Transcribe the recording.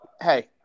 hey